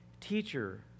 Teacher